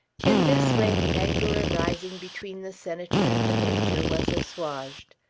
in this way the anger arising between the senator and the major was assuaged.